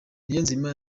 niyonzima